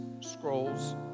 scrolls